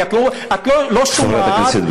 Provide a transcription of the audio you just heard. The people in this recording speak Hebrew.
כי את לא שומעת,